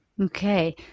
Okay